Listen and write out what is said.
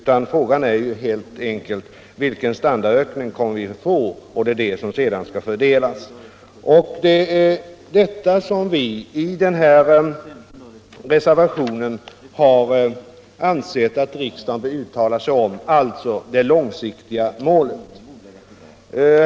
Men frågan är som sagt helt enkelt: Vilken standardökning kommer vi att få? Det är den standardökningen som sedan skall fördelas. Vi som står bakom reservationen 5 har alltså ansett att riksdagen bör uttala sig om just det långsiktiga målet.